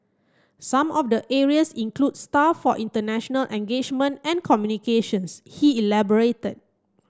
some of the areas include staff for international engagement and communications he elaborated